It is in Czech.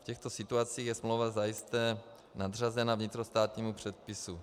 V těchto situacích je smlouva zajisté nadřazena vnitrostátnímu předpisu.